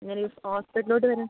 നിങ്ങൾ ഹോസ്പിറ്റലിലോട്ട് വരാൻ